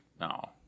No